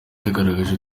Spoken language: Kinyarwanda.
yagaragaje